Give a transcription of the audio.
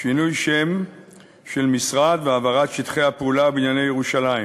שינוי שם של משרד והעברת שטחי הפעולה בענייני ירושלים.